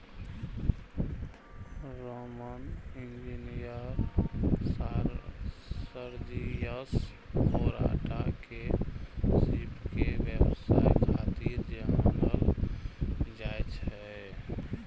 Roman engineer Sergius Orata के सीप के व्यवसाय खातिर जानल जाइ छै